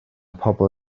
pobl